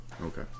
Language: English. okay